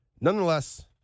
Nonetheless